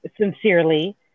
sincerely